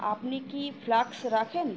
আপনি কি ফ্লাস্ক রাখেন